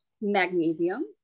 magnesium